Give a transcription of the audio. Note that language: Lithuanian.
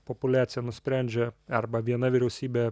populiacija nusprendžia arba viena vyriausybė